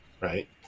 Right